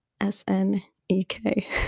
S-N-E-K